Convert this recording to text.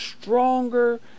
stronger